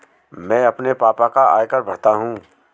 मैं अपने पापा का आयकर भरता हूं